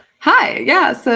hi, yes. so